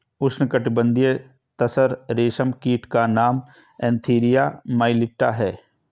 उष्णकटिबंधीय तसर रेशम कीट का नाम एन्थीरिया माइलिट्टा है